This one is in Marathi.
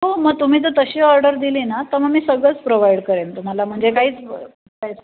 हो मग तुम्ही जर तशी ऑर्डर दिली ना तर मग मी सगळंच प्रोव्हाइड करेन तुम्हाला म्हणजे काहीच करायचं नाही